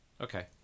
Okay